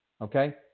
Okay